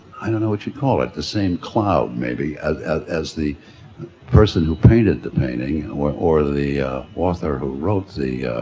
i don't know what you call it, the same cloud maybe as, as, as the person who painted the painting or or the author who wrote the